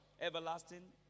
Everlasting